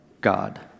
God